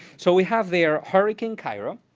so we have their hurricane cairo,